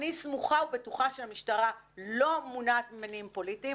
אני סמוכה ובטוחה שהמשטרה לא אמונה ממניעים פוליטיים.